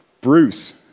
Bruce